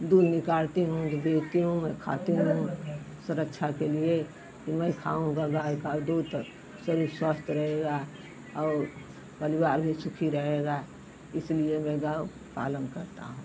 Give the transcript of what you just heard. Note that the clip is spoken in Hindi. दूध निकारती हूँ तो बेचती हूँ खाती हूँ स रक्षा के लिए कि मैं खाऊंगा गाय का दूध त शरीर स्वस्थ रहेगा और परिवार भी सुखी रहेगा इसलिए मैं गौ पालन करता हूँ